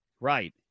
Right